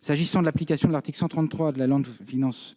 S'agissant de l'application de l'article 134 de la loi de finances